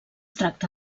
tracta